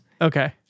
Okay